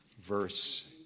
verse